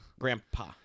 grandpa